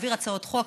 ולהעביר הצעות חוק,